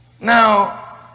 Now